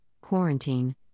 quarantine